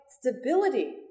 stability